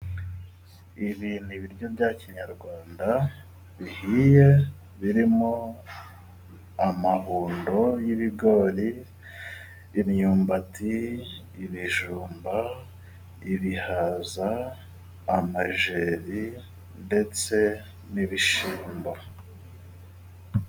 Ibi ni ibiryo bya kinyarwanda bihiye birimo amahundo y'ibigori, imyumbati, ibijumba, ibihaza, amajeri ndetse n'ibishyimbo.